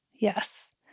Yes